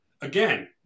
again